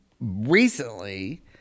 recently